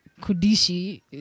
kudishi